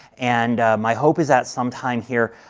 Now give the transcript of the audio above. and my hope is that sometime here,